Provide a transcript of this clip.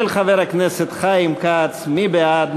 של חבר הכנסת חיים כץ, מי בעד?